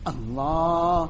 Allah